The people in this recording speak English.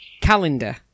calendar